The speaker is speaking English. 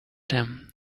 them